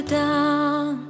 down